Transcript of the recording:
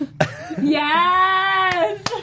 Yes